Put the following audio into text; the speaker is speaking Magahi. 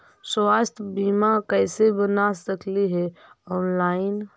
स्वास्थ्य बीमा कैसे बना सकली हे ऑनलाइन?